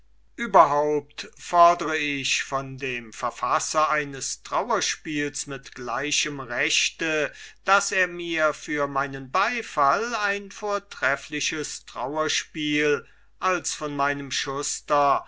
überhaupt fodre ich von dem verfasser eines trauerspiels mit gleichem rechte daß er mir für meinen beifall ein vortreffliches trauerspiel als von meinem schuster